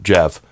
Jeff